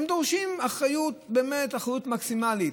שם דורשים באמת אחריות מקסימלית,